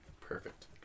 Perfect